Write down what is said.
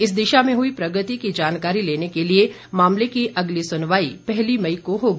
इस दिशा में हुई प्रगति की जानकारी लेने के लिये मामले की अगली सुनवाई पहली मई को होगी